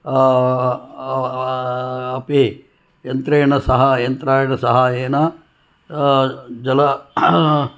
अपि यन्त्रेण सह यन्त्रेण सहायेन जल